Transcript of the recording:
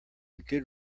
good